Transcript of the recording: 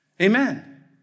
Amen